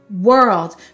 world